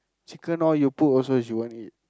chicken all you put also she won't eat